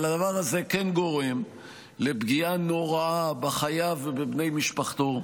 אבל הדבר הזה כן גורם לפגיעה הנוראה בחייב ובבני משפחתו,